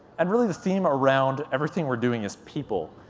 and really the theme around everything we're doing is people.